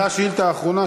והשאילתה האחרונה,